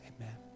amen